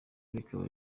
rikaba